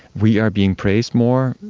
we are being praised more,